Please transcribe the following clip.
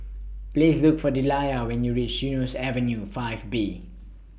Please Look For Delia when YOU REACH Eunos Avenue five B